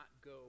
go